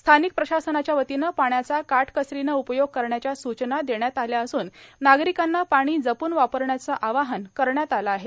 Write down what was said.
स्थानक प्रशासनाच्या वतीनं पाण्याचा काटकसरोनं उपयोग करण्याचा सूचना देण्यात आल्या असून नार्गारकांना पाणी जपून वापरण्याचं आवाहन करण्यात आलं आहे